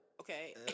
Okay